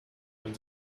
man